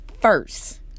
first